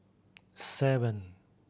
seven